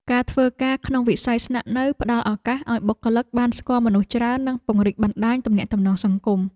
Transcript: ការធ្វើការក្នុងវិស័យស្នាក់នៅផ្តល់ឱកាសឱ្យបុគ្គលិកបានស្គាល់មនុស្សច្រើន និងពង្រីកបណ្តាញទំនាក់ទំនងសង្គម។